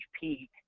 peak